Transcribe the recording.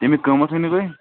تَمیُک قۭمَتھ ؤنِو تُہۍ